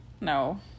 no